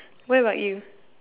what about you